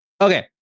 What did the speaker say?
okay